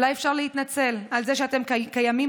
אולי אפשר להתנצל על זה שאתם קיימים